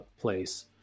place